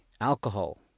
alcohol